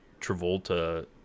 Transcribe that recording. Travolta